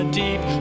deep